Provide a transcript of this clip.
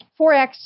4X